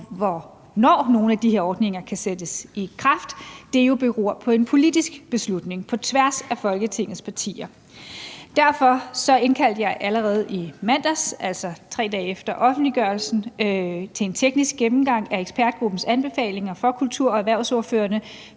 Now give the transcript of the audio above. hvornår nogle af de her ordninger kan sættes i kraft, jo beror på en politisk beslutning på tværs af Folketingets partier. Derfor indkaldte jeg allerede i mandags, altså 3 dage efter offentliggørelsen, kultur- og erhvervsordførerne